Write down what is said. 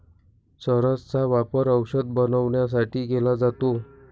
चरस चा वापर औषध बनवण्यासाठी केला जातो